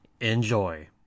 Enjoy